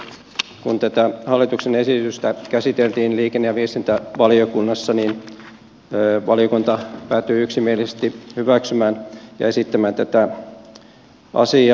kun tätä hallituksen esitystä käsiteltiin liikenne ja viestintävaliokunnassa niin valiokunta päätyi yksimielisesti hyväksymään ja esittämään tätä asiaa